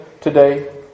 today